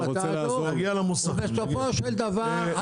בסופו של דבר,